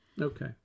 Okay